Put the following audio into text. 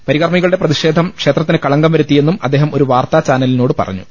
പരികർമികളുടെ പ്രതിഷേധം ക്ഷേത്രത്തിന് കളങ്കം വരുത്തി യെന്നും അദ്ദേഹം ഒരു വാർത്താ ചാനലിനോട് പറഞ്ഞു